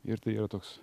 ir tai yra toks